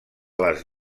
les